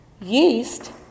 Yeast